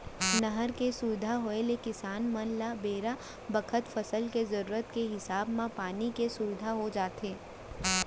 नहर के सुबिधा होय ले किसान मन ल बेरा बखत फसल के जरूरत के हिसाब म पानी के सुबिधा हो जाथे